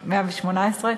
118),